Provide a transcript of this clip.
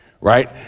Right